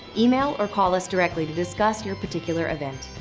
email or call us directly to discuss your particular event.